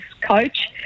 coach